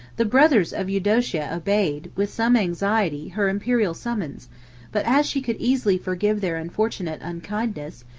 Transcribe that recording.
the brothers of eudocia obeyed, with some anxiety, her imperial summons but as she could easily forgive their unfortunate unkindness,